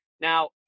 Now